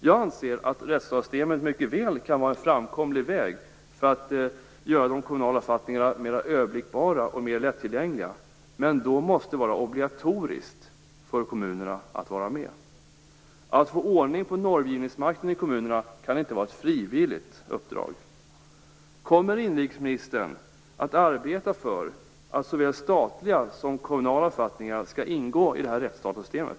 Jag anser att ett rättsdatasystem mycket väl kan vara en framkomlig väg för att göra de kommunala författningarna mer överblickbara och mer lättillgängliga, men då måste det vara obligatoriskt för kommunerna att vara med. Att få ordning på normgivningsmakten i kommunerna kan inte vara ett frivilligt uppdrag. Kommer inrikesministern att arbeta för att såväl statliga som kommunala författningar skall ingå i rättsdatasystemet?